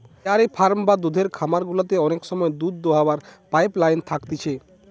dairy farm বা দুধের খামার গুলাতে অনেক সময় দুধ দোহাবার পাইপ লাইন থাকতিছে